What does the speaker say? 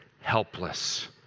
helpless